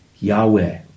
yahweh